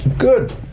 Good